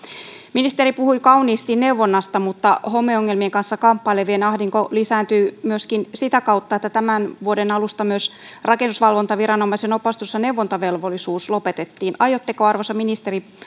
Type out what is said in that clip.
ministeri puhui kauniisti neuvonnasta mutta homeongelmien kanssa kamppailevien ahdinko lisääntyy myöskin sitä kautta että tämän vuoden alusta myös rakennusvalvontaviranomaisen opastus ja neuvontavelvollisuus lopetettiin aiotteko arvoisa ministeri